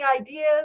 ideas